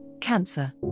cancer